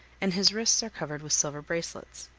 and his wrists are covered with silver bracelets.